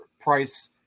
price